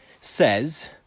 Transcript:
says